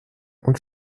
und